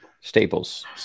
Staples